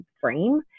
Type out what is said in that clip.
frame